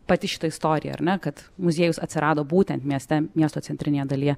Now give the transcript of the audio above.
pati šita istorija ar ne kad muziejus atsirado būtent mieste miesto centrinėje dalyje